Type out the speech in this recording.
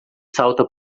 salta